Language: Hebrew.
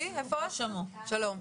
שלום.